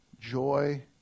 joy